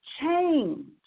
change